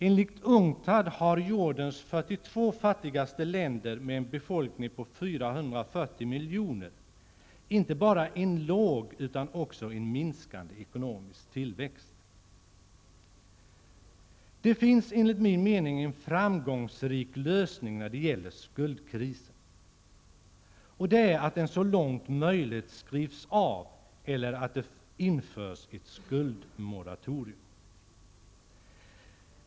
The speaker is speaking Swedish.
Enligt UNCTAD har jordens 42 fattigaste länder med en befolkning på 440 miljoner inte bara en låg utan också en minskande ekonomisk tillväxt. Det finns enligt min mening en framgångsrik lösning när det gäller skuldkrisen, och det är att den så långt möjligt skrivs av eller att det införs ett skuldmoratorium.